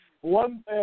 One